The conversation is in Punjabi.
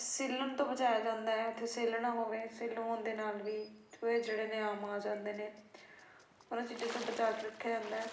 ਸਿੱਲਣ ਤੋਂ ਬਚਾਇਆ ਜਾਂਦਾ ਹੈ ਉੱਥੇ ਸਿੱਲ ਨਾ ਹੋਵੇ ਸਿੱਲ ਹੋਣ ਦੇ ਨਾਲ ਵੀ ਚੂਹੇ ਜਿਹੜੇ ਨੇ ਆਮ ਆ ਜਾਂਦੇ ਨੇ ਉਹਨਾਂ ਚੀਜ਼ਾਂ ਤੋਂ ਬਚਾ ਕੇ ਰੱਖਿਆ ਜਾਂਦਾ